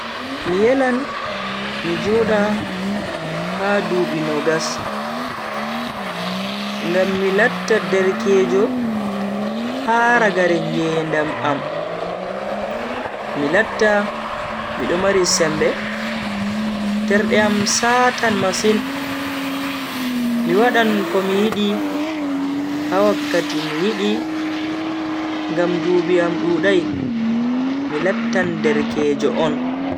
Mi yelan mi joda ha dubi nogas, ngam mi latta derkejo ha ragare ngedam am. Mi lattan mido mari sembe, terde am satan masin, mi wadan komi yidi ha wakkati mi yidi ngam dubi am dudai mi lattan derkejo on.